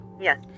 Yes